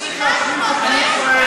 מספיק להשמיץ,